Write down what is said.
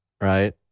Right